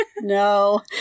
No